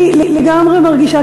אני לגמרי מרגישה,